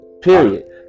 Period